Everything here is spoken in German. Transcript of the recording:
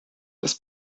des